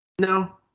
No